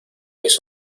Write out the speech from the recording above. mis